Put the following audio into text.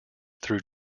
through